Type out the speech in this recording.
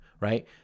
right